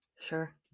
Sure